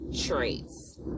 traits